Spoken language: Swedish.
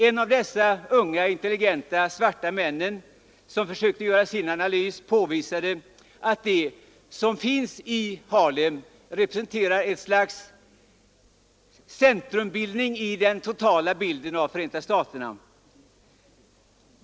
En av de unga intelligenta svarta män som försökte göra sin analys påvisade att det som finns i Harlem representerar ett slags centrumbildning i den totala bilden av Förenta staterna.